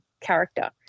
character